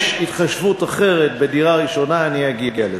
יש התחשבות אחרת בדירה ראשונה, אני אגיע לזה.